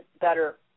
better